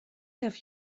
have